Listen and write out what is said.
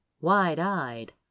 wide-eyed